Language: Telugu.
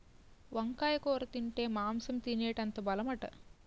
వంకాయ కూర తింటే మాంసం తినేటంత బలమట